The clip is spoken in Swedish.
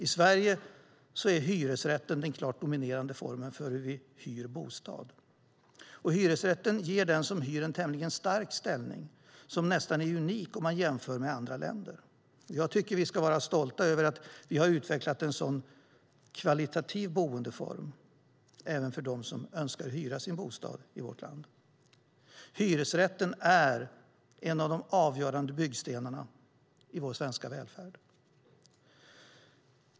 I Sverige är hyresrätten den klart dominerande formen för hur man hyr bostad. Hyresrätten ger den som hyr en tämligen stark ställning som nästan är unik om man jämför med andra länder. Jag tycker att vi ska vara stolta över att vi har utvecklat en så kvalitativ boendeform för den som önskar hyra sin bostad. Hyresrätten är en av de avgörande byggstenarna i vår svenska välfärd.